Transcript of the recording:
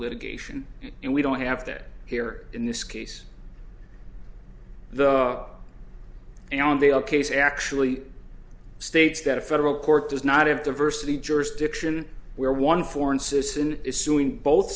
litigation and we don't have that here in this case though and on the odd case actually states that a federal court does not have diversity jurisdiction where one foreign sisson is suing both